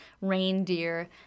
reindeer